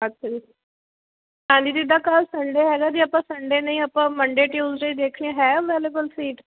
ਅੱਛਾ ਜੀ ਹਾਂਜੀ ਜਿੱਦਾਂ ਕੱਲ੍ਹ ਸੰਡੇ ਹੈਗਾ ਜੇ ਆਪਾਂ ਸੰਡੇ ਨਹੀਂ ਆਪਾਂ ਮੰਡੇ ਟਿਊਸਡੇ ਦੇਖਦੇ ਹੈ ਉਹਨਾਂ ਦੇ ਕੋਲ ਸੀਟ